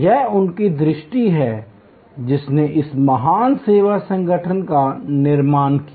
यह उनकी दृष्टि है जिसने इस महान सेवा संगठन का निर्माण किया